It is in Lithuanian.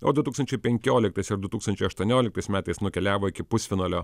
o du tūkstančiai penkioliktais ir du tūkstančiai aštuonioliktais metais nukeliavo iki pusfinalio